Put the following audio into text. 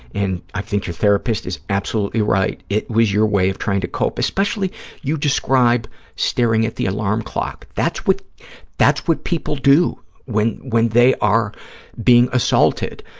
and i think your therapist is absolutely right. it was your way of trying to cope, especially you describe staring at the alarm clock. that's what that's what people do when when they are being assaulted,